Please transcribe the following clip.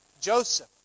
Joseph